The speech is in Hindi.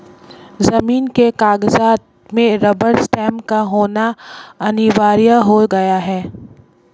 जमीन के कागजात में रबर स्टैंप का होना अनिवार्य हो गया है